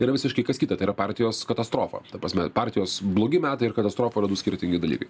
yra visiškai kas kita tai yra partijos katastrofa ta prasme partijos blogi metai ir katastrofa yra du skirtingi dalykai